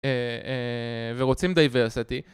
ורוצים דייברסיטי